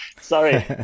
sorry